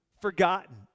forgotten